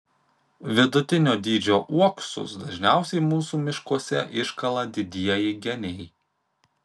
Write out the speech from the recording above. vidutinio dydžio uoksus dažniausiai mūsų miškuose iškala didieji geniai